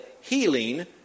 healing